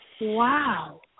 Wow